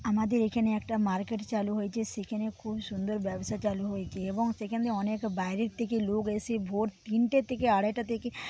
আমাদের এখানে একটা মার্কেট চালু হয়েছে সেখানে খুব সুন্দর ব্যবসা চালু হয়েছে এবং সেখানে অনেক বাইরের থেকে লোক এসে ভোর তিনটে থেকে আড়াইটা থেকে